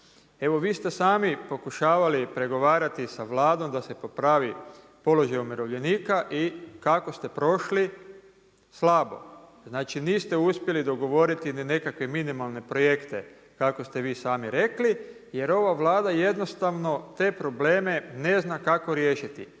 Evo vi ste sami pokušavali pregovarati da Vladom da se popravi položaj umirovljenika i kako ste prošli? Slabo. Znači niste uspjeli dogovoriti ili nekakve minimalne projekte kako ste vi sami rekli, jer ova Vlada jednostavno te probleme ne zna kako riješiti.